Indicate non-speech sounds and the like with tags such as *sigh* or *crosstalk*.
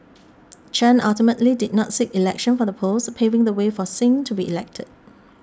*noise* Chen ultimately did not seek election for the post paving the way for Singh to be elected